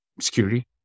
security